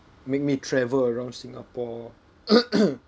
make me travel around singapore